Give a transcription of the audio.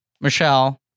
Michelle